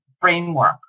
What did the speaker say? framework